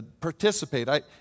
participate